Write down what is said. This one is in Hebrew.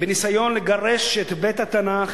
בניסיון לגרש את בית-התנ"ך